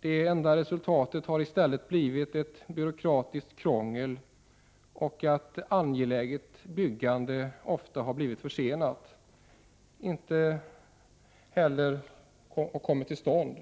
Det enda resultatet har i stället blivit ett byråkratiskt krångel och att angeläget byggande ofta har blivit försenat eller inte alls kommit till stånd.